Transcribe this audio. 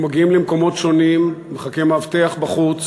אנחנו מגיעים למקומות שונים, מחכה המאבטח בחוץ,